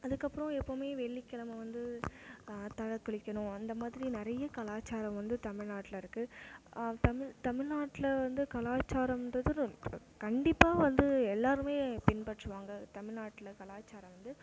அதுக்கப்புறம் எப்பவுமே வெள்ளிக்கிழம வந்து தலை குளிக்கணும் அந்த மாதிரி நிறைய கலாச்சாரம் வந்து தமிழ்நாட்டில் இருக்குது தமிழ் தமிழ்நாட்டில் வந்து கலாச்சாரம்ன்றது ரொ கண்டிப்பாக வந்து எல்லாருமே பின்பற்றுவாங்க தமிழ்நாட்டில் கலாச்சாரம் வந்து